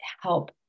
help